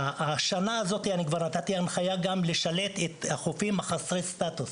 בשנה זו גם הוצאתי הנחיה לשלט גם את החופים חסרי הסטטוס,